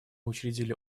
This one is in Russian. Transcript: учредили